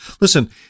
listen